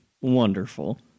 Wonderful